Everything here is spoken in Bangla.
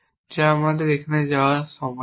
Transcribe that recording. যা আমাদের এখানে যাওয়ার সময় নেই